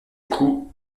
coup